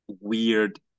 weird